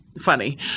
funny